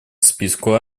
списку